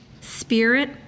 Spirit